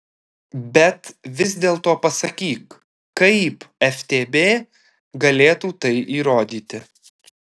bet vis dėlto pasakyk kaip ftb galėtų tai įrodyti